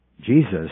Jesus